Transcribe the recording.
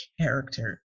character